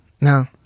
no